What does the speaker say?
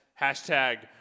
Hashtag